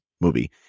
movie